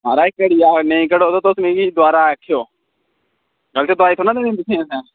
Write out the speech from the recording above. म्हराज घटी आग नेईं घटग ते मिगी दोवारा आखेओ तुंदी बाइफ नीं ऐ तुं'दे कन्नै